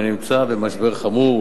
הנמצא במשבר חמור,